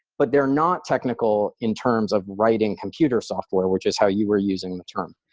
but they are not technical in terms of writing computer software, which is how you were using the term.